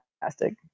fantastic